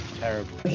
terrible